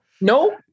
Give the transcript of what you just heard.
No